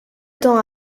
temps